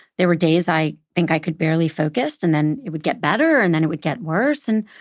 there were days i think i could barely focus. and then it would get better, and then it would get worse. and,